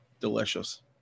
Delicious